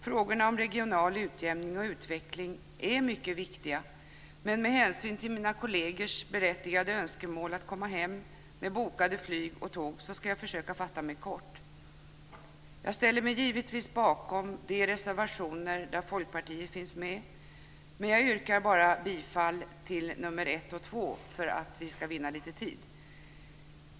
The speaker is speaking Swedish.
Frågorna om regional utjämning och utveckling är mycket viktiga, men med hänsyn till mina kollegers berättigade önskemål att komma hem med bokade flyg och tåg ska jag försöka fatta mig kort. Jag ställer mig givetvis bakom de reservationer där Folkpartiet finns med, men jag yrkar bara bifall till nr 1 och 2 för att vi ska vinna lite tid.